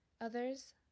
Others